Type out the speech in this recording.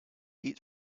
eat